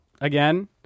again